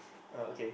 uh ok